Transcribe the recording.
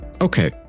Okay